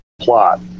plot